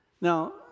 Now